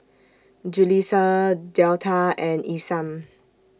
Julisa Delta and Isam